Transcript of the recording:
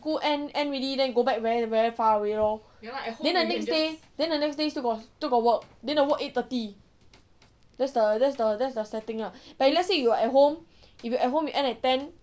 school end end already then go back then very very far away lor then the next day then the next day still got work then the work eight thirty that's the that's the that's the sad thing lah but let's say you are at home if you at home you end at ten